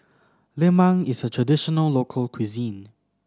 Lemang is a traditional local cuisine